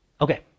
Okay